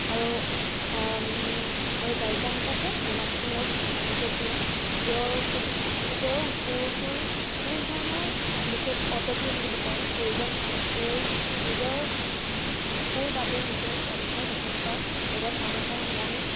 আৰু গায়িকা হিচাপে নীলাক্ষী নেওগ অতিকে প্ৰিয় তেওঁৰ সুৰটোৰ কোনো ধৰণৰ বিশেষ অট'টিউন বুলি কয় প্ৰয়োজন নাই তেওঁৰ নিজৰ সুৰ বা তেওঁৰ নিজৰ কণ্ঠই যথেষ্ট এজন মানুহৰ মন